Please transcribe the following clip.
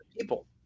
people